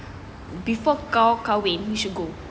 before kau kahwin you should go